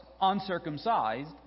uncircumcised